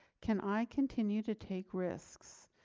can i continue to take risks?